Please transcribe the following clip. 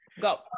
go